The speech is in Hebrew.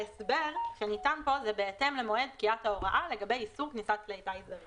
ההסבר שניתן פה הוא בהתאם למועד פקיעת ההוראה לגבי איסור כלי טיס זרים.